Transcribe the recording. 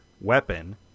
weapon